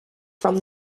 from